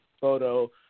Photo